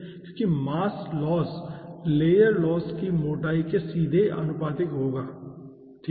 क्योंकि mass loss layer loss की मोटाई के सीधे आनुपातिक होगा ठीक है